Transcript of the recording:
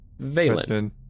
Valen